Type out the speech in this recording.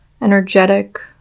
energetic